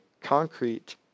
concrete